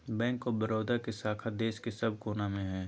bank of Baroda के शाखा देश के सब कोना मे हय